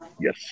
yes